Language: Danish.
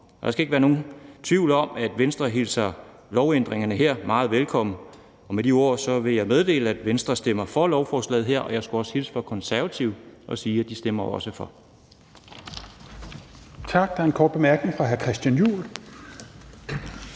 Der skal ikke være nogen tvivl om, at Venstre hilser lovændringerne her meget velkommen. Med de ord vil jeg meddele, at Venstre stemmer for lovforslaget her, og jeg skulle hilse fra Konservative og sige, at de også stemmer for.